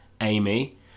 Amy